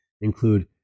include